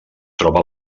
troba